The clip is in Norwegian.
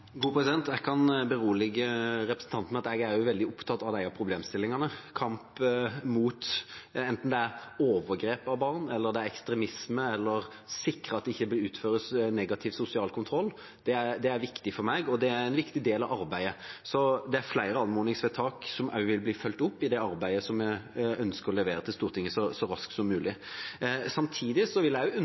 Jeg kan berolige representanten med at også jeg er veldig opptatt av disse problemstillingene. Kamp mot overgrep mot barn, kamp mot ekstremisme, å sikre at det ikke utføres negativ sosial kontroll – dette er viktig for meg, og det er en viktig del av arbeidet. Det er flere anmodningsvedtak som vil bli fulgt opp i det arbeidet vi ønsker å levere til Stortinget så raskt som mulig. Samtidig vil jeg